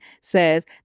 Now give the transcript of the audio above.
says